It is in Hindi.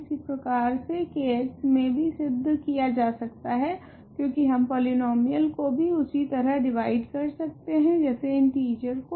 इसी प्रकार से K मे भी सिद्ध किया जा सकता है क्योकि हम पॉलीनोमीयल को भी उसी तरह डिवाइड कर सकते है जैसे इंटीजरस को